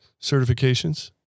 certifications